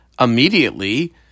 immediately